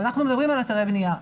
אנחנו מדברים על אתרי בנייה.